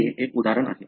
ते एक उदाहरण आहे